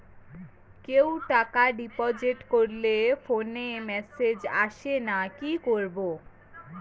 কেউ টাকা ডিপোজিট করলে ফোনে মেসেজ আসেনা কি করবো?